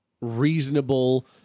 reasonable